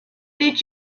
did